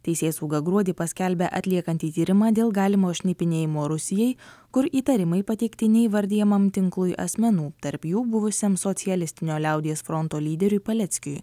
teisėsauga gruodį paskelbė atliekanti tyrimą dėl galimo šnipinėjimo rusijai kur įtarimai pateikti neįvardijamam tinklui asmenų tarp jų buvusiam socialistinio liaudies fronto lyderiui paleckiui